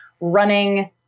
running